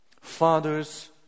Fathers